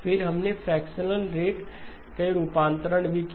फिर हमने fractional sampling rate रूपांतरण भी किया